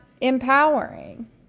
empowering